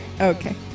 Okay